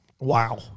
Wow